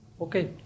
Okay